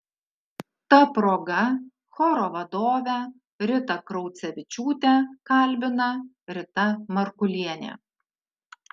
ta proga choro vadovę ritą kraucevičiūtę kalbina rita markulienė